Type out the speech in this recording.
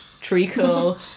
treacle